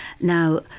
Now